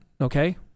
Okay